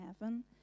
heaven